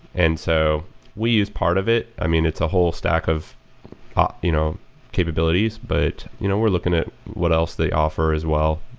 and so we use part of it. i mean, it's a whole stack of you know capabilities, but you know we're looking at what else they offer as well.